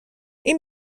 این